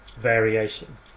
variation